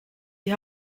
die